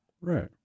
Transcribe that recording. Right